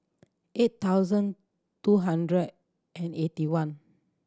eight thousand two hundred and eighty one